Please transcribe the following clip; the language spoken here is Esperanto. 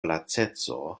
laceco